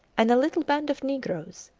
and a little band of negroes,